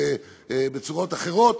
בצורות אחרות,